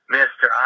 Mister